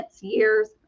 years